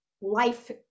life